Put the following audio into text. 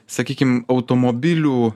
sakykim automobilių